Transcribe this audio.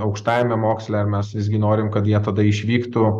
aukštajame moksle ar mes visgi norim kad jie tada išvyktų